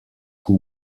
who